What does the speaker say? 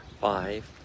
five